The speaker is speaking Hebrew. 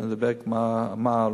אני בודק מה העלויות.